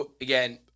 again